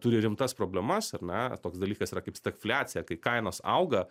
turi rimtas problemas ar ne toks dalykas yra kaip stagfliacija kai kainos auga